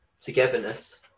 togetherness